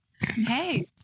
Hey